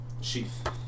sheath